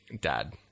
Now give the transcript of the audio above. dad